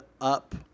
up